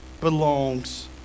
belongs